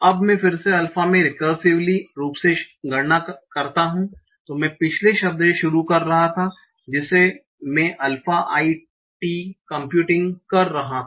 अब मैं फिर से अल्फा में रिकार्सिवली रूप से गणना करता हूं मैं पहले शब्द से शुरू कर रहा था जिसे मैं अल्फा i t कंप्यूटिंग कर रहा था